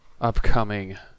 upcoming